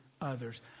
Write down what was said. others